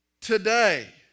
Today